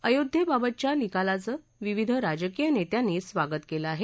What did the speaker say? अयोध्येबाबतच्या निकालाचं विविध राजकीय नेत्यांनी स्वागत केलं आहे